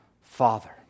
Father